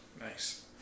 Nice